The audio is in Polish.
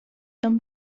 dom